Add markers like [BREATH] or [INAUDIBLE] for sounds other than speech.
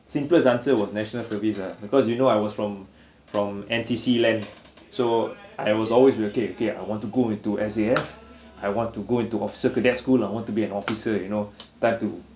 simplest answer was national service ah because you know I was from [BREATH] from N_C_C land so I was always okay okay I want to go into S_A_F I want to go into officer cadet school I want to be an officer you know time to